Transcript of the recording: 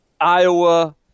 Iowa